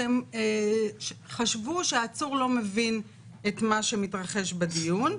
הם חשבו שהעצור לא מבין את מה שמתרחש בדיון.